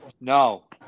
No